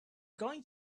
going